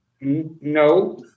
No